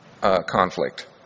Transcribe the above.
conflict